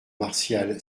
martial